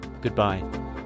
goodbye